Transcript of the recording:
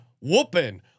whooping